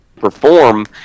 perform